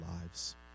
lives